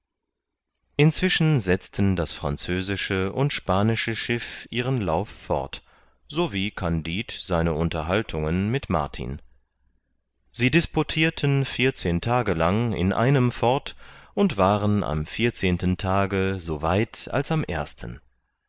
inzwischen setzten das französische und spanische schiff ihren lauf fort so wie kandid seine unterhaltungen mit martin sie disputirten vierzehn tage lang in einem fort und waren am vierzehnten tage so weit als am ersten